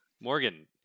Morgan